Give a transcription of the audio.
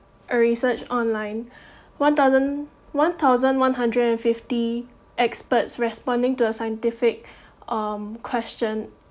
a research online one thousand one thousand one hundred and fifty experts responding to a scientific um question